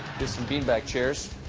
and bean bag chairs.